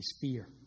fear